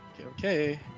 okay